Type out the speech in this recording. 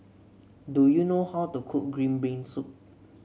do you know how to cook Green Bean Soup